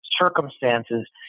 circumstances